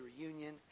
reunion